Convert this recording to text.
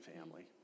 family